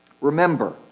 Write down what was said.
Remember